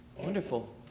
wonderful